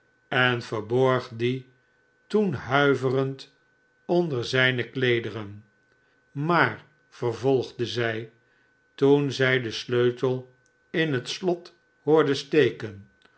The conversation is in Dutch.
en verborg die toen huiverend onder zijne kleederen maar vervolgde zij toen zij den sleutel in het slot hoorde steken